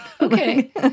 okay